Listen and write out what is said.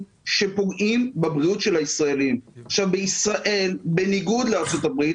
כי היום בישראל השוק פרוץ